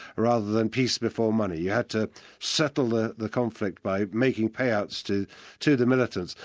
rather than peace before money. you had to settle the the conflict by making payouts to to the militants.